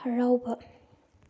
ꯍꯔꯥꯎꯕ